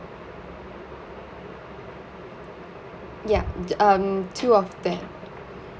ya get um two of that